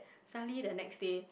suddenly the next day